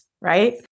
Right